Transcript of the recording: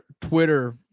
Twitter